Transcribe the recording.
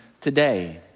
today